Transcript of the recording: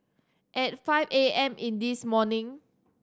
at five A M in this morning